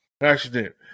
accident